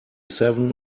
seven